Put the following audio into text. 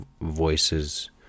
voices